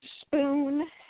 spoon